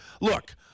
look